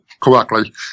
correctly